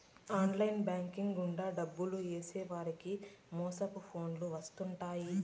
online bank గుండా డబ్బు ఏసేవారికి మోసపు ఫోన్లు వత్తుంటాయి